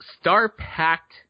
star-packed